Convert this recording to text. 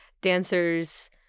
dancers